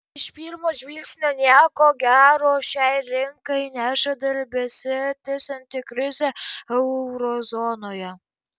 iš pirmo žvilgsnio nieko gero šiai rinkai nežada ir besitęsianti krizė euro zonoje